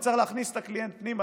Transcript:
אני צריך להכניס את הקליינט פנימה,